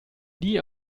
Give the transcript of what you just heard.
nie